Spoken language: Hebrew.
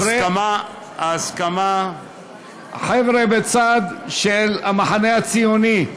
ההסכמה החבר'ה בצד של המחנה הציוני,